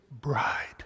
bride